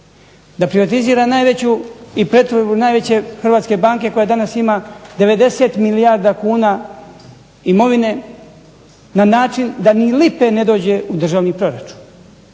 da privatizira najveću i pretvorbu najveće hrvatske banke koja danas ima 90 milijardi kuna imovine na način da ni lipe ne dođe u državni proračun,